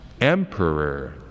emperor